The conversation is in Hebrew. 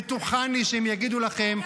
בטוחני שהם יגידו לכם,